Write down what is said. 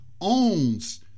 owns